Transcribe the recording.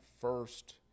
first